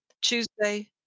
tuesday